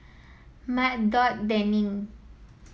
Mal Dot Denine